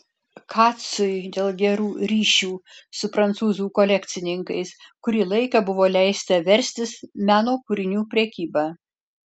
kacui dėl gerų ryšių su prancūzų kolekcininkais kurį laiką buvo leista verstis meno kūrinių prekyba